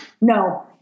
No